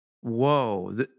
whoa